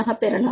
அணு வாரியாக